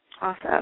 Awesome